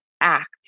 act